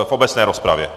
V obecné rozpravě.